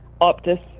Optus